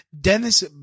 Dennis